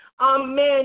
Amen